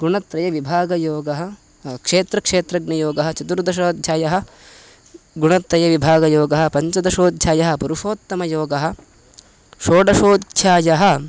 गुणत्रयविभागयोगः क्षेत्रक्षेत्रज्ञयोगः चतुर्दशोध्यायः गुणत्रयविभागयोगः पञ्चदशोध्यायः पुरुषोत्तमयोगः षोडशोध्यायः